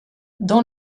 dans